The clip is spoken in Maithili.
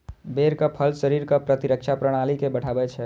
बेरक फल शरीरक प्रतिरक्षा प्रणाली के बढ़ाबै छै